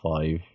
five